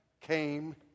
came